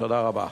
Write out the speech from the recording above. תודה רבה.